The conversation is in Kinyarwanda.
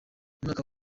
umwaka